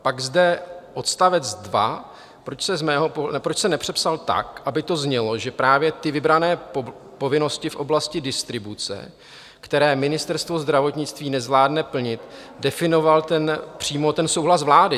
Pak zde odst. 2, proč se nepřepsal tak, aby to znělo, že právě ty vybrané povinnosti v oblasti distribuce, které Ministerstvo zdravotnictví nezvládne plnit, definoval přímo ten souhlas vlády?